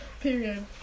Period